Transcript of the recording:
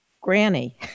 Granny